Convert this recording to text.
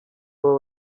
abo